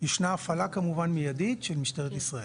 ישנה הפעלה כמובן מיידית של משטרת ישראל.